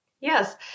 Yes